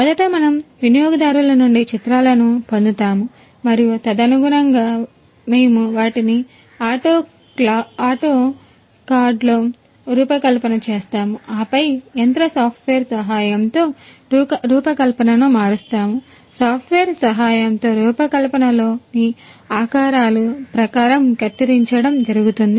మొదట మనము వినియోగదారుల నుండి చిత్రాలను ప్రకారం కత్తిరించడం జరుగుతుంది